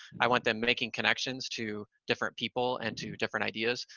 i want them making connections to different people and to different ideas,